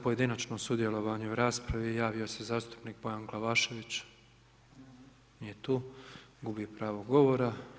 Za pojedinačno sudjelovanje u raspravi, javio se zastupnik Bojan Glavašević, nije tu, gubi pravo govora.